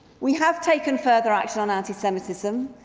we have taken further action on anti-semitism.